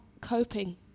coping